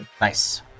Nice